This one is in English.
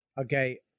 Okay